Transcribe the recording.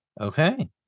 okay